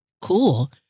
cool